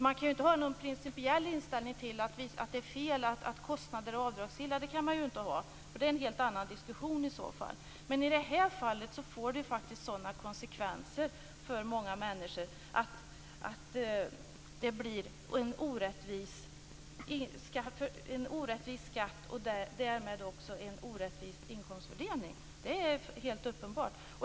Man kan ju inte ha någon principiell inställning till att det är fel att kostnader är avdragsgilla. Det är i så fall en helt annan diskussion. Men i det här fallet får det faktiskt sådana konsekvenser för många människor att det blir en orättvis skatt och därmed också en orättvis inkomstfördelning. Det är helt uppenbart.